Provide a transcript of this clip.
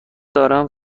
دارم